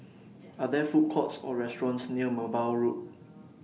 Are There Food Courts Or restaurants near Merbau Road